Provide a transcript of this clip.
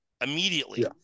immediately